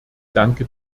danke